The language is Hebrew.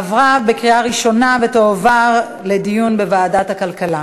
עברה בקריאה ראשונה ותועבר לדיון בוועדת הכלכלה.